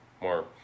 more